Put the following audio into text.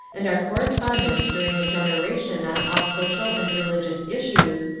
and our correspondence during a generation on all social and religious issues,